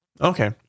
Okay